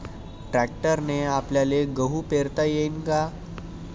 ट्रॅक्टरने आपल्याले गहू पेरता येईन का?